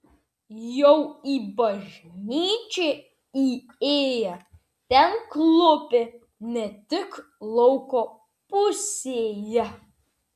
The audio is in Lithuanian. jau į bažnyčią įėję ten klūpi ne tik lauko pusėje